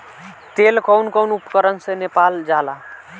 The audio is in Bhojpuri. तेल कउन कउन उपकरण से नापल जाला?